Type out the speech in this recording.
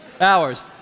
hours